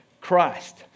Christ